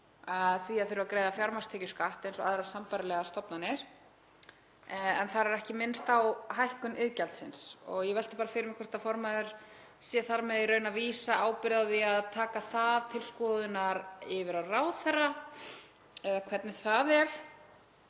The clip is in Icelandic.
því að þurfa að greiða fjármagnstekjuskatt eins og aðrar sambærilegar stofnanir en þar er ekki minnst á hækkun iðgjaldsins. Ég velti bara fyrir mér hvort formaður sé þar með í raun að vísa ábyrgð á því að taka það til skoðunar yfir á ráðherra eða hvernig það er